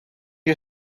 you